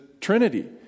Trinity